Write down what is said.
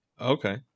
Okay